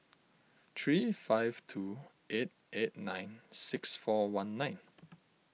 three five two eight eight nine six four one nine